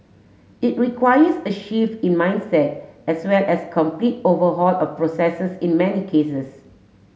it requires a shift in mindset as well as complete overhaul of processes in many cases